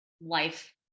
life